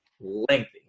lengthy